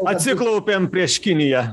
atsiklaupėm prieš kiniją